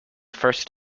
first